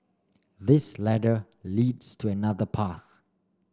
this ladder leads to another path